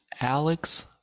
Alex